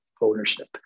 ownership